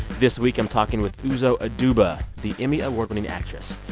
this week, i'm talking with uzo aduba, the emmy award-winning actress.